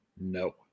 No